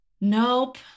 Nope